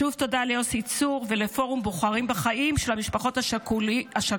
שוב תודה ליוסי צור ולפורום בוחרים בחיים של המשפחות השכולות,